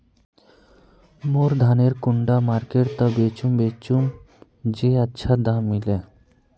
मोर धानेर कुंडा मार्केट त बेचुम बेचुम जे अच्छा दाम मिले?